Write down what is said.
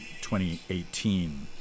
2018